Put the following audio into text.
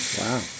wow